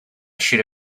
should